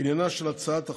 אין לך מה.